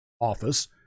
office